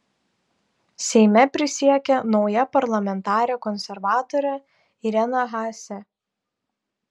seime prisiekė nauja parlamentarė konservatorė irena haase